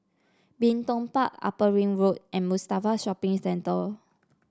Bin Tong Park Upper Ring Road and Mustafa Shopping Centre